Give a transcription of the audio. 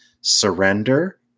surrender